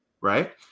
Right